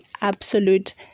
absolute